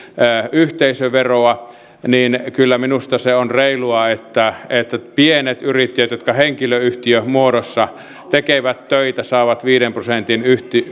yhteisöveroa niin kyllä minusta se on reilua että että pienet yrittäjät jotka henkilöyhtiömuodossa tekevät töitä saavat viiden prosentin